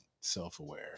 self-aware